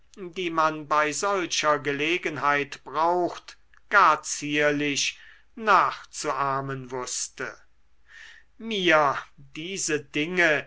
die man bei solcher gelegenheit braucht gar zierlich nachzuahmen wußte mir diese dinge